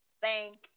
thank